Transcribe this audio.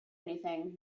anything